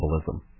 symbolism